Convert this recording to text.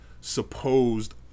supposed